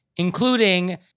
Including